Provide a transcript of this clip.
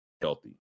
healthy